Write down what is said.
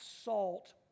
salt